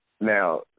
Now